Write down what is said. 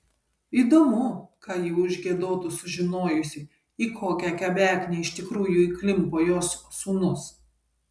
įdomu ką ji užgiedotų sužinojusi į kokią kebeknę iš tikrųjų įklimpo jos sūnus